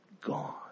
Gone